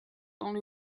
only